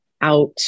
out